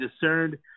discerned